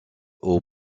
aux